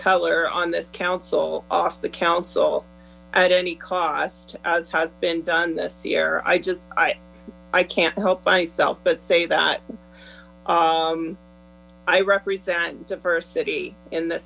color on this council off the council at any cost as has been done this year i just i i can't help myself but say that i represent diversity in th